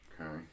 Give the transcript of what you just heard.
Okay